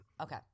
Okay